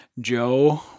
Joe